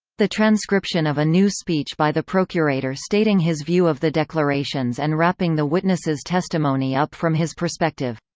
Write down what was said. the transcription of a new speech by the procurator stating his view of the declarations and wrapping the witnesses' testimony up from his perspective.